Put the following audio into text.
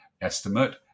estimate